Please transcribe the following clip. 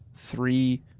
Three